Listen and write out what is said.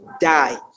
die